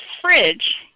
fridge